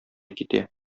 китә